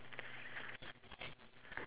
vanilla